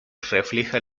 refleja